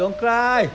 don't cry